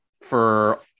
for-